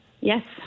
yes